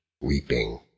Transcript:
weeping